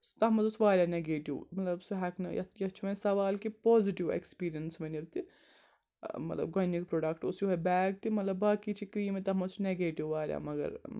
تَتھ منٛز اوس واریاہ نیگیٹو مطلب سُہ ہیٚکہٕ یَتھ یَتھ چھُ وَنۍ سوال کہِ پازِٹِو ایٚکسپرینس ؤنِو تہِ مطلب گۄڈٕنیُک پروڈَکٹ اوس یِہوے بیگ تہِ مطلب باقے چھِ کریٖمٕے تَتھ منٛز چھُ نگیٹِو واریاہ مَگر